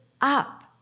up